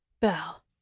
Bell